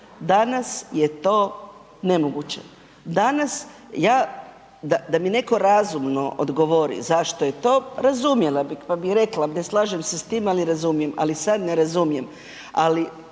Danas je to nemoguće. Danas, ja da mi neko razumno odgovori zašto je to, razumjela bih, pa bi rekla ne slažem se s tim, ali razumijem, ali sad ne razumije.